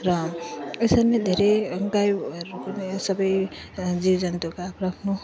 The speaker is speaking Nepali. र यसरी नै धेरै गाईहरूको नै सब जीव जन्तुका आफ्नो आफ्नो